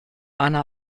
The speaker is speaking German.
anna